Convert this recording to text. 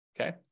okay